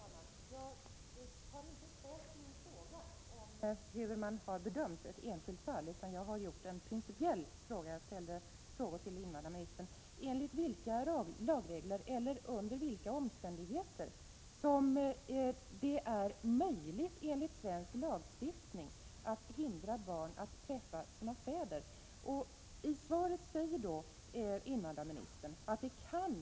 Fru talman! Jag har inte frågat hur man har bedömt ett enskilt fall, utan jag har ställt en principiell fråga. Jag frågade invandrarministern enligt vilka lagregler eller under vilka omständigheter som det enligt svensk lagstiftning är möjligt att hindra barn från att träffa sina fäder. I svaret säger invandrarministern att detta kan ske.